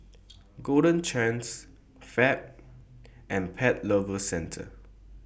Golden Chance Fab and Pet Lovers Centre